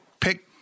pick